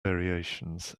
variations